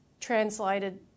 translated